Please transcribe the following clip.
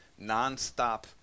nonstop